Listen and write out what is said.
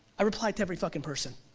i reply to every fucking person.